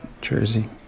Jersey